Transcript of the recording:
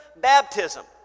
baptism